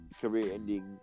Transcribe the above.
career-ending